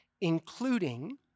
including